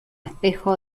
espejo